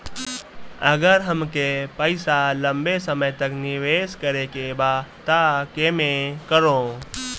अगर हमके पईसा लंबे समय तक निवेश करेके बा त केमें करों?